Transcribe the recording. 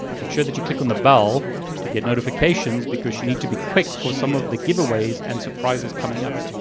make sure that you click on the bell to get notifications because you need to be quick for some of the giveaways and surprises coming up.